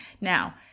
Now